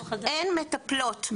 אין מטפלות,